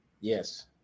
Yes